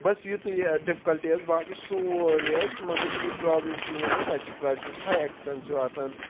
بَس یُتُے ڈِفکَلٹی حظ باقٕے سورُے حظ مگر یہِ پرٛابلِم چھِ مین حظ اَتہِ چھِ پرٛایسٕز ہاے اٮ۪کسپٮ۪نسِو آسان